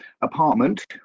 apartment